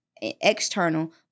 external